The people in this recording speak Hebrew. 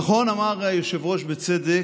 נכון אמר היושב-ראש, בצדק,